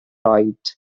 oed